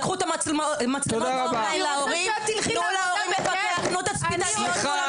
לקחו את המצלמות --- תנו להורים מפקח --- סליחה,